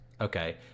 Okay